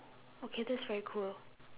okay that's very cool